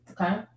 Okay